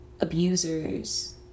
abusers